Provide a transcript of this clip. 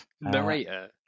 narrator